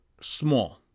small